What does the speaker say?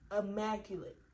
immaculate